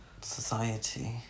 society